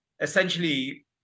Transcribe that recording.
essentially